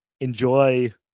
Enjoy